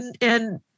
and-